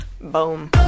boom